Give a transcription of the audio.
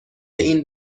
این